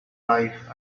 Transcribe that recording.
life